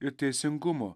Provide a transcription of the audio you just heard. ir teisingumo